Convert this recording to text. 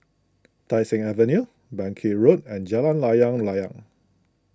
Tai Seng Avenue Bangkit Road and Jalan Layang Layang